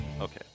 Okay